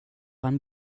han